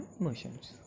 emotions